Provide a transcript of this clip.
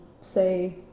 say